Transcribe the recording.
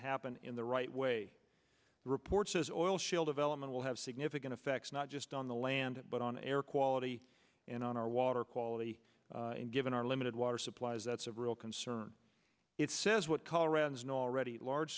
happen in the right way the report says oil shale development will have significant effects not just on the land but on air quality and on our water quality and given our limited water supplies that's a real concern it says what colorado's know already large